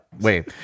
Wait